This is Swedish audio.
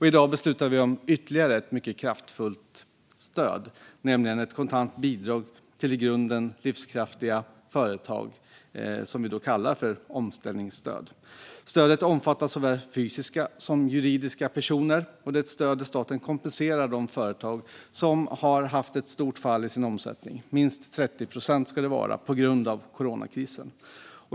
I dag beslutar vi om ytterligare ett mycket kraftfullt stöd, nämligen ett kontant bidrag till i grunden livskraftiga företag, kallat omställningsstöd. Stödet omfattar såväl fysiska som juridiska personer. Det är ett stöd där staten kompenserar de företag som har haft ett stort fall i sin omsättning - minst 30 procent - på grund av coronakrisen.